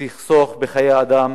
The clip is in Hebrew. תחסוך חיי אדם